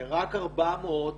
רק 400,